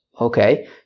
Okay